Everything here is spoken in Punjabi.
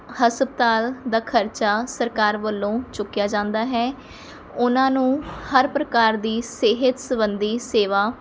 ਹਸਪਤਾਲ ਦਾ ਖਰਚਾ ਸਰਕਾਰ ਵੱਲੋਂ ਚੁੱਕਿਆ ਜਾਂਦਾ ਹੈ ਉਹਨਾਂ ਨੂੰ ਹਰ ਪ੍ਰਕਾਰ ਦੀ ਸਿਹਤ ਸੰਬੰਧੀ ਸੇਵਾ